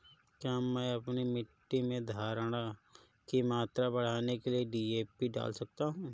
क्या मैं अपनी मिट्टी में धारण की मात्रा बढ़ाने के लिए डी.ए.पी डाल सकता हूँ?